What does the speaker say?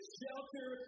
shelter